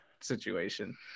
situation